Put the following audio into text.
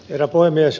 herra puhemies